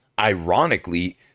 ironically